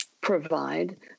provide